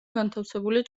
განთავსებულია